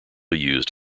used